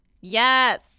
Yes